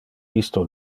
isto